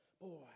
Boy